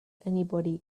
anybody